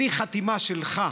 בלי חתימה שלך,